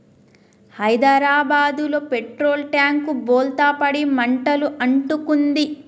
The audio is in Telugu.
హైదరాబాదులో పెట్రోల్ ట్యాంకు బోల్తా పడి మంటలు అంటుకుంది